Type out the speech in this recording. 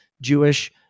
Jewish